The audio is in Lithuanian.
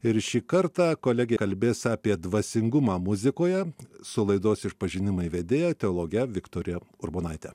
ir šį kartą kolegė kalbės apie dvasingumą muzikoje su laidos išpažinimai vedėja teologe viktorija urbonaite